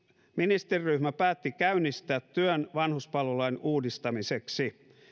ministeriryhmä päätti käynnistää työn vanhuspalvelulain uudistamiseksi